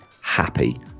happy